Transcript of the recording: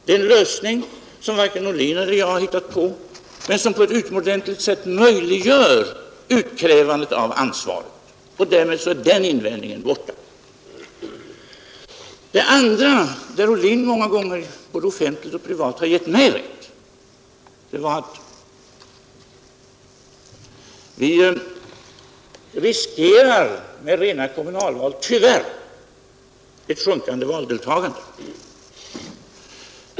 Det är en lösning som varken Ohlin eller jag hittat på men som på ett utomordentligt sätt möjliggör utkrävandet av ansvar. Därmed är den invändningen borta. Det andra där Ohlin många gånger, både offentligt och privat, gett mig rätt, var uppfattningen att vi med rena kommunalval tyvärr riskerar ett sjunkande valdeltagande.